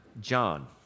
John